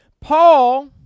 Paul